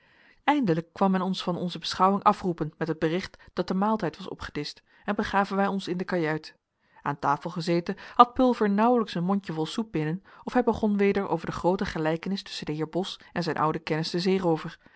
eindelijk kwam men ons van onze beschouwing afroepen met het bericht dat de maaltijd was opgedischt en begaven wij ons in de kajuit aan tafel gezeten had pulver nauwelijks een mondjevol soep binnen of hij begon weder over de groote gelijkenis tusschen den heer bos en zijn ouden kennis den zeeroover